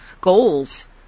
goals